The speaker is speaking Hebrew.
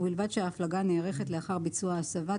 ובלבד שההפלגה נערכת לאחר ביצוע הסבה,